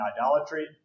idolatry